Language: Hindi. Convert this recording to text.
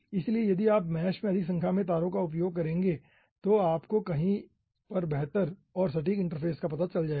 इसलिए यदि आप मैश में अधिक संख्या में तारों का उपयोग करेंगे तो आपको यहीं पर बेहतर और सटीक इंटरफ़ेस का पता चल जाएगा